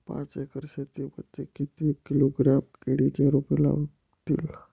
पाच एकर शेती मध्ये किती किलोग्रॅम केळीची रोपे लागतील?